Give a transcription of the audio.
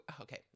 Okay